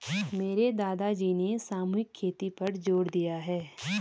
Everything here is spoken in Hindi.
मेरे दादाजी ने सामूहिक खेती पर जोर दिया है